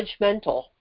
judgmental